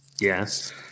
Yes